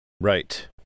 Right